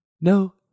no